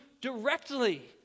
directly